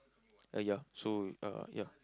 uh ya so uh ya